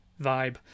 vibe